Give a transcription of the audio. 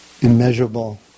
immeasurable